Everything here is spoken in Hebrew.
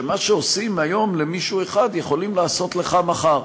שמה שעושים היום למישהו אחד יכולים לעשות לך מחר.